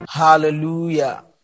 Hallelujah